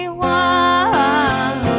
one